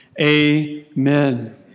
Amen